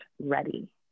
ready